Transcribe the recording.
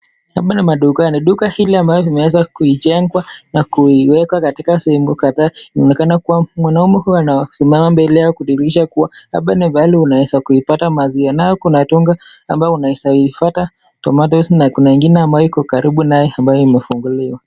Hapa ni madukani, duka hili ameweza kuijengwa na kuwekwa katika sehemu kadhaa kuonekana kuwa mwanaume huyu amesimama mbele yao kudhilisha kuwa hapa ni mahali unaweza kuipata maziwa ,naye kuna duka ambayo inaezafuata na kuna ingine ambayo iko karibu naye ambaye imefunguliwa.